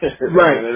Right